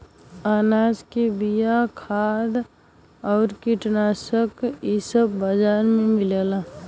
अनाज के बिया, खाद आउर कीटनाशक इ सब बाजार में मिलला